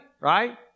right